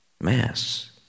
mass